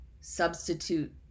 substitute